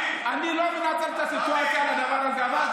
אני לא מנצל את הסיטואציה לדבר הזה, הגב.